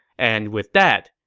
and with that,